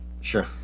Sure